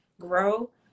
grow